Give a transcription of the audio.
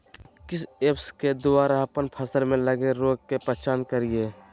किस ऐप्स के द्वारा अप्पन फसल में लगे रोग का पहचान करिय?